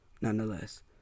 Nonetheless